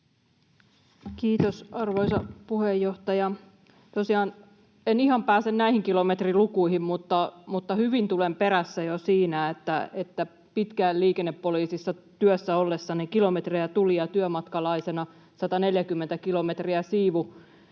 Kiitos, arvoisa puheenjohtaja! Tosiaan en ihan pääse näihin kilometrilukuihin, mutta hyvin tulen perässä jo siinä, että pitkään liikennepoliisissa työssä ollessani kilometrejä tuli ja työmatkalaisena 140 kilometriä siivu